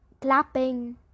clapping